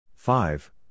Five